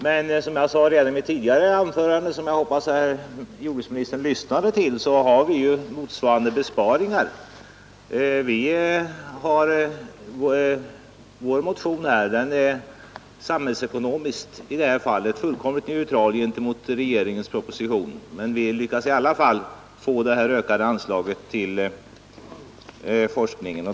Men som jag sade redan i mitt tidigare anförande — jag hoppas att jordbruksministern lyssnade till det — föreslår vi motsvarande besparingar. Vår motion är samhällsekonomiskt fullkomligt neutral gentemot regeringens proposition, men vi lyckas i alla fall få det här ökade anslaget till forskningen.